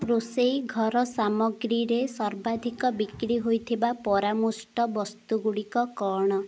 ରୋଷେଇ ଘର ସାମଗ୍ରୀରେ ସର୍ବାଧିକ ବିକ୍ରି ହୋଇଥିବା ପରାମୃଷ୍ଟ ବସ୍ତୁଗୁଡ଼ିକ କ'ଣ